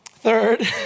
Third